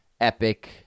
epic